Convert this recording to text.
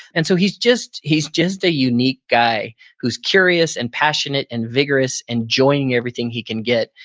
and so he's just he's just a unique guy who's curious and passionate and vigorous and joining everything he can get.